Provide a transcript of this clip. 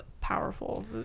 powerful